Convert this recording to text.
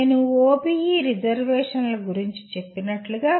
నేను OBE రిజర్వేషన్లు గురించి చెప్పినట్లుగా